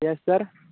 yes sir